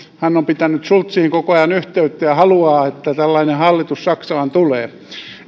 hän on pitänyt schulziin koko ajan yhteyttä ja haluaa että tällainen hallitus saksaan tulee